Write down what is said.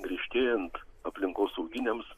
griežtėjant aplinkosauginiams